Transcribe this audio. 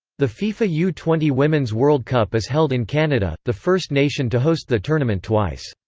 the fifa u twenty women's world cup is held in canada, the first nation to host the tournament twice.